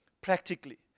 practically